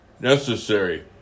necessary